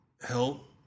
help